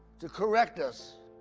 to correct us,